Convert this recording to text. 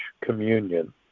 communion